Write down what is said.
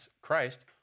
Christ